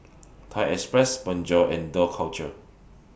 Thai Express Bonjour and Dough Culture